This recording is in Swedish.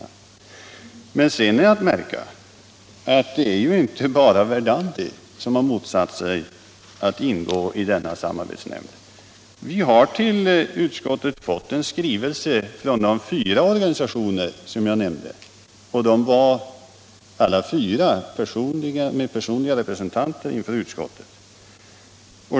Det är emellertid att märka att det inte bara är Verdandi som har motsatt sig att ingå i denna samarbetsnämnd. Vi har till utskottet fått en skrivelse från de fyra organisationer som jag nämnde förut, och de kom alla fyra med personliga representanter till utskottet.